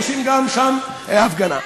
עושים גם שם הפגנה.